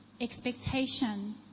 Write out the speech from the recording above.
expectation